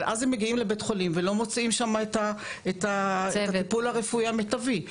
אבל אז הם מגיעים לבית חולים ולא מוצאים שם את הטיפול הרפואי המיטבי.